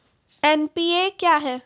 NPA क्या हैं?